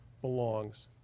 belongs